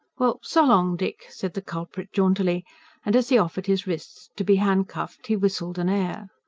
well, so long, dick! said the culprit jauntily and, as he offered his wrists to be handcuffed, he whistled an air.